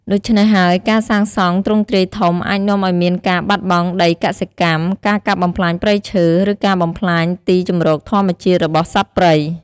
ដូច្នេះហើយ ការសាងសង់ទ្រង់ទ្រាយធំអាចនាំឱ្យមានការបាត់បង់ដីកសិកម្ម ការកាប់បំផ្លាញព្រៃឈើ ឬការបំផ្លាញទីជម្រកធម្មជាតិរបស់សត្វព្រៃ។